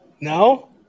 No